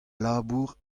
labour